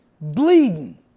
bleeding